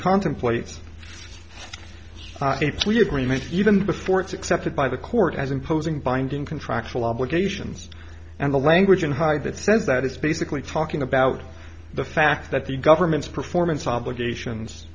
contemplates a plea agreement even before it's accepted by the court as imposing binding contractual obligations and the language in high that says that it's basically talking about the fact that the government's performance obligations